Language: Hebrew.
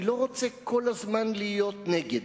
אני לא רוצה כל הזמן להיות נגד.